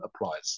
applies